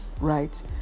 right